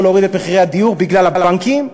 להוריד את מחירי הדיור בגלל הבנקים,